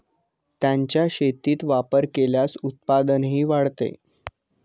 त्यांचा शेतीत वापर केल्यास उत्पादनही वाढते